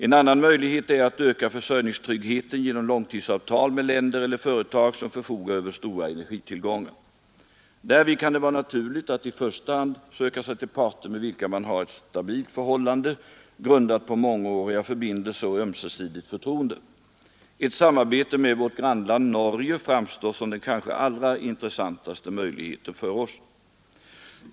En annan möjlighet är att öka försörjningstryggheten genom långtidsavtal med länder eller företag som förfogar över stora energitillgångar. Därvid kan det vara naturligt att i första hand söka sig till parter med vilka man har ett stabilt förhållande grundat på mångåriga förbindelser och ömsesidigt förtroende. Ett samarbete med vårt grannland Norge framstår som den kanske allra intressantaste möjligheten för OSS.